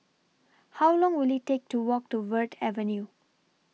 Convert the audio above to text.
How Long Will IT Take to Walk to Verde Avenue